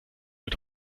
mit